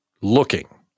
looking